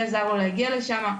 מי עזר לו להגיע לשם.